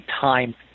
time